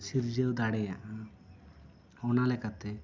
ᱥᱤᱨᱡᱟᱹᱣ ᱫᱟᱲᱮᱭᱟᱜᱼᱟ ᱚᱱᱟᱞᱮᱠᱟᱛᱮ